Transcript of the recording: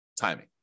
timing